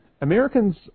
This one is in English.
Americans